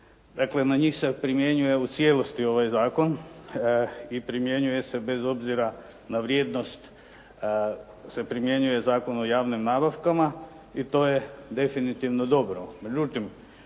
dakle na njih se primjenjuje u cijelosti ovaj zakon i primjenjuje se bez obzira na vrijednost se primjenjuje Zakon o javnim nabavkama i to je definitivno dobro.